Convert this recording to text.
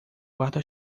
guarda